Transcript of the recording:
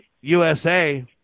USA